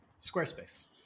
Squarespace